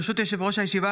ברשות יושב-ראש הישיבה,